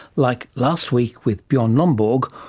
like last week with bjorn lomborg,